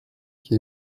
qui